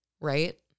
right